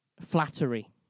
flattery